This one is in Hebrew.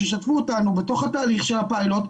שישתפו אותנו בתוך התהליך של הפיילוט,